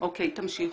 אוקי, תמשיכו.